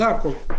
זה הכול.